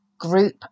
group